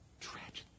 Tragedy